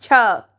छः